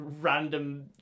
random